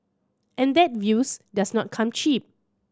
and that view does not come cheap